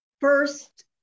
first